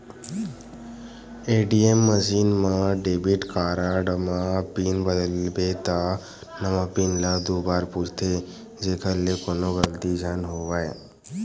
ATM machine म debit card म pin बदलबे त नवा पिन ल दू बार पूछथे जेखर ले कोनो गलती झन होवय